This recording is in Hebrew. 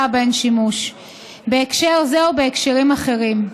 בהן שימוש בהקשר זה או בהקשרים אחרים.